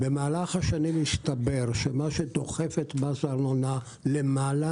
במהלך השנים הסתבר שמה שדוחף את מס הארנונה למעלה